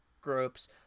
groups